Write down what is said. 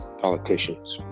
politicians